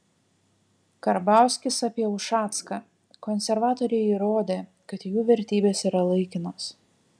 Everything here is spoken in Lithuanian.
karbauskis apie ušacką konservatoriai įrodė kad jų vertybės yra laikinos